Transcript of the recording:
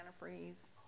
antifreeze